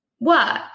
Work